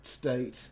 state